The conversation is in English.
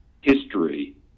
history